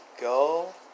go